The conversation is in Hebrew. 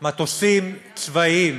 מטוסים צבאיים